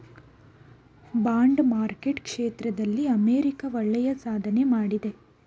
bond market ಕ್ಷೇತ್ರದಲ್ಲಿ America ಒಳ್ಳೆಯ ಸಾಧನೆ ಮಾಡಿದೆ